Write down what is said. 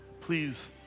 please